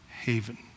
haven